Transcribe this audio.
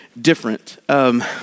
different